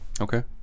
Okay